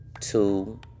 two